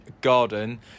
garden